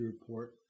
report